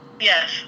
Yes